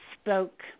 spoke